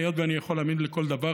היות שאני יכול להאמין לכל דבר,